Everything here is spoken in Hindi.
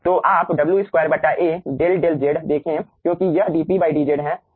तो आप W2 A del del Z देखें क्योंकि यह dP dZ है